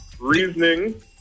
reasoning